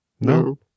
No